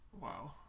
Wow